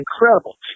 incredible